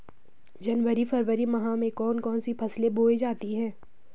जनवरी फरवरी माह में कौन कौन सी फसलें बोई जाती हैं?